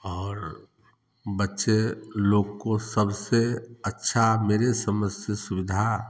और बच्चे लोग को सबसे अच्छी मेरे समझ से सुविधा